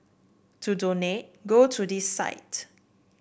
to donate go to this site